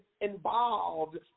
involved